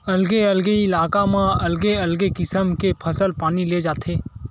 अलगे अलगे इलाका म अलगे अलगे किसम के फसल पानी ले जाथे